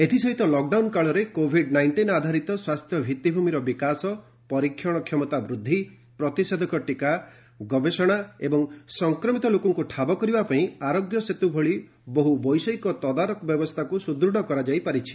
ଏଥିସହିତ ଲକଡାଉନ କାଳରେ Covid nineteen ଆଧାରିତ ସ୍ୱାସ୍ଥ୍ୟ ଭିଭିଭୂମିର ବିକାଶ ପରୀକ୍ଷଣ କ୍ଷମତା ବୃଦ୍ଧି ପ୍ରତିଷେଧକ ଟୀକା ଗବେଷଣା ଏବଂ ସଂକ୍ରମିତ ଲୋକଙ୍କୁ ଠାବ କରିବା ପାଇଁ ଆରୋଗ୍ୟ ସେତୁ ଭଳି ବହୁ ବୈଷୟିକ ତଦାରଖ ବ୍ୟବସ୍ଥାକୁ ସୁଦୃଢ଼ କରାଯାଇ ପାରିଛି